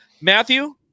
Matthew